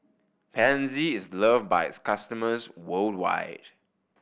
pansy is loved by its customers worldwide